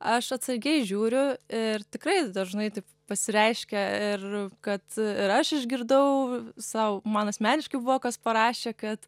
aš atsargiai žiūriu ir tikrai dažnai taip pasireiškia ir kad ir aš išgirdau sau man asmeniškai buvo kas parašė kad